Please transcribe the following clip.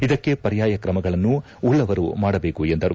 ಇದಕ್ಕೆ ಪರ್ಯಾಯ ಕ್ರಮಗಳನ್ನು ಉಳ್ಳವರು ಮಾಡಬೇಕು ಎಂದರು